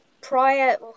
prior